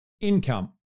income